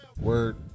word